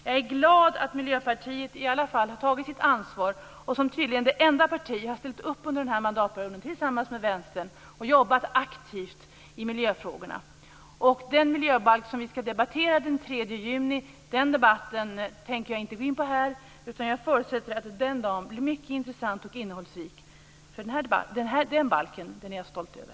Jag är glad att Miljöpartiet i alla fall har tagit sitt ansvar och har - tillsammans med Vänsterpartiet - ställt upp under den här mandatperioden och jobbat aktivt med miljöfrågorna. Jag förutsätter att dagen den 3 juni, då vi skall debattera den nya miljöbalken, blir mycket intressant och innehållsrik. Den balken är jag stolt över.